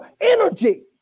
energy